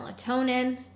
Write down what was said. melatonin